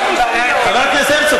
חבר הכנסת הרצוג,